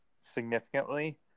Significantly